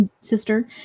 sister